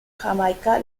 jamaica